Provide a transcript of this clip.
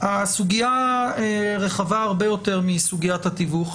הסוגיה רחבה הרבה יותר מסוגיית התיווך.